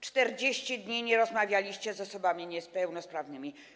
40 dni nie rozmawialiście z osobami niepełnosprawnymi.